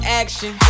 action